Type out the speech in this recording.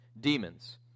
demons